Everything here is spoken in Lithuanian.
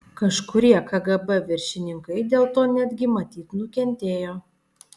kažkurie kgb viršininkai dėl to netgi matyt nukentėjo